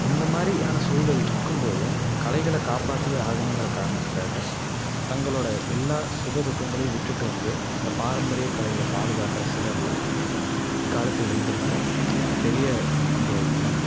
இந்த மாதிரியான சூழல்ருக்கும் போதும் கலைகளை காப்பாற்றியே ஆகணுங்கிற காரணத்துக்காக தங்களோடய எல்லா சுக துக்கங்களையும் விட்டுட்டு வந்து இந்த பாரம்பரிய கலைகளை பாதுகாக்கிற சிலரில் இக்காலத்து இளைஞர்களும் பெரிய பங்கு வகிக்கிறாங்க